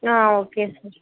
okay sir